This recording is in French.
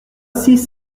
six